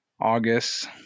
August